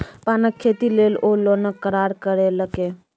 पानक खेती लेल ओ लोनक करार करेलकै